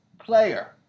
player